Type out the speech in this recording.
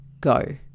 go